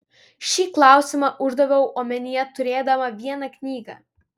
šį klausimą uždaviau omenyje turėdama vieną knygą